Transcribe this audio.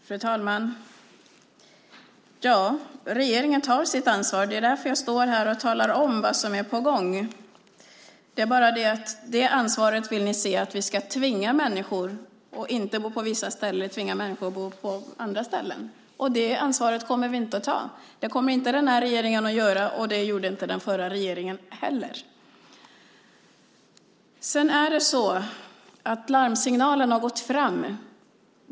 Fru talman! Ja, regeringen tar sitt ansvar. Det är därför jag står här och talar om vad som är på gång. Det är bara det att ni vill se ansvaret att vi ska tvinga människor att inte bo på vissa ställen utan i stället bo på andra ställen. Det ansvaret kommer vi inte att ta. Det kommer inte den här regeringen att göra, och det gjorde inte den förra regeringen heller. Larmsignalen har gått fram.